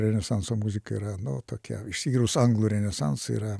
renesanso muzika yra nu tokia išskyrus anglų renesansą yra